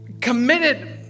committed